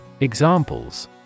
Examples